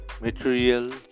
material